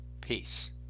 Peace